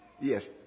Yes